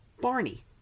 Barney